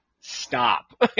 Stop